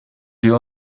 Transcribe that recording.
wir